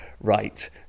right